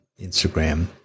Instagram